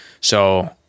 So-